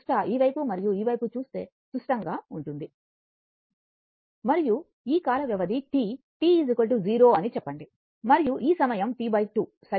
ఈ వైపు మరియు ఈ వైపు చూస్తే సుష్టం గా ఉంటుంది మరియు ఈ కాల వ్యవధి T T 0 అని చెప్పండి మరియు ఈ సమయం T 2 సరైనది